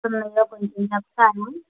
ఇక మేము రేపటి నుంచి వస్తాం అమ్మ